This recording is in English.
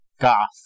goth